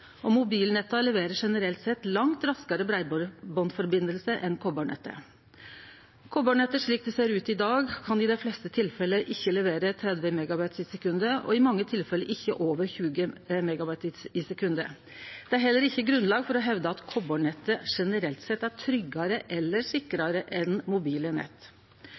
Mobilnetta leverer generelt sett langt raskare breibandsforbindelse enn koparnettet. Koparnettet slik det ser ut i dag, kan i dei fleste tilfella ikkje levere 30 Mbit/s og i mange tilfelle ikkje over 20 Mbit/s. Det er heller ikkje grunnlag for å hevde at koparnettet generelt sett er tryggare eller sikrare enn mobile nett.